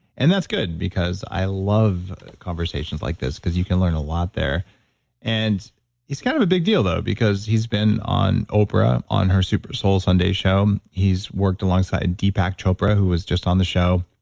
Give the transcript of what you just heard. and that's good, because i love conversations like this because you can learn a lot there and he's kind of a big deal though because he's been on opera, on her supersoul sunday show. he's worked alongside deepak chopra, who was just on the show.